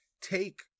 take